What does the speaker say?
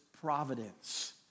providence